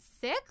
sick